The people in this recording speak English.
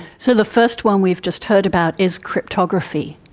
so the first one we've just heard about is cryptography.